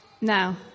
now